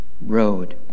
road